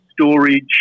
storage